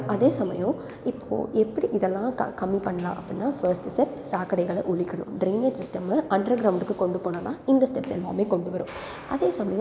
அதே சமயம் இப்போது எப்படி இதெல்லாம் க கம்மி பண்ணலாம் அப்படின்னா ஃபர்ஸ்ட்டு ஸ்டெப் சாக்கடைகளை ஒழிக்கணும் ட்ரைனேஜ் சிஸ்டம அண்ட்ர கிரௌண்டுக்கு கொண்டு போனால் தான் இந்த ஸ்டெப்ஸ் எல்லாமே கொண்டு வரும் அதே சமயம்